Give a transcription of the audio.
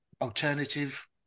alternative